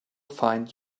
find